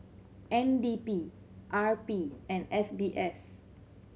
N D P R P and S B S